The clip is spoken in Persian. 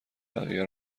بقیه